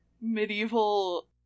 medieval